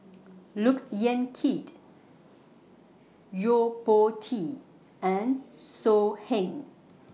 Look Yan Kit Yo Po Tee and So Heng